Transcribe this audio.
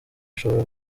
bishobora